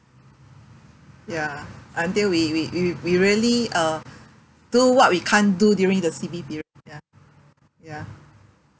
ya lah until we we we we really uh do what we can't do during the C_B period ya ya